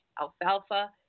Alfalfa